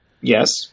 Yes